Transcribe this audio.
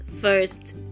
first